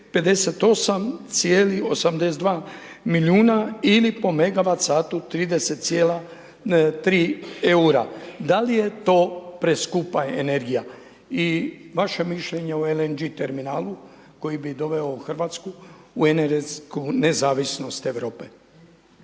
58,82 milijuna ili po megawat satu 30,3 eura. Da li je to preskupa energija i vaše mišljenje o LNG terminalu koji bi doveo u Hrvatsku u energetsku nezavisnost Europe.